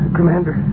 Commander